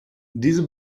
diese